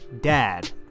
dad